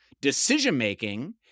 decision-making